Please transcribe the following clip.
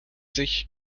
sich